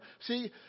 see